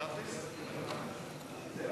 אדוני